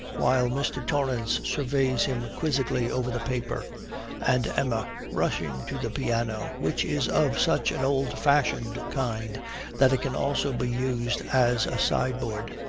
while mr. torrance surveys him quizzically over the paper and emma, rushing to the piano, which is of such an old-fashioned kind that it can also be used as a sideboard,